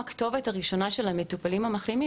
הכתובת של המטופלים המחלימים,